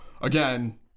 again